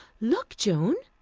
look, joan!